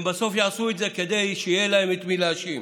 הם בסוף יעשו את זה כדי שיהיה להם את מי להאשים.